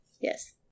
Yes